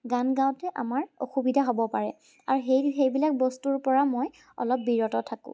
গান গাওঁতে আমাৰ অসুবিধা হ'ব পাৰে আৰু সেই সেইবিলাক বস্তুৰ পৰা মই অলপ বিৰত থাকোঁ